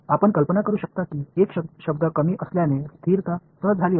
आपण कल्पना करू शकता की एक शब्द कमी असल्याने स्थिरता सहज झाली असती